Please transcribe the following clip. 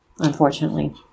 Unfortunately